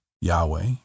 Yahweh